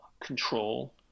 control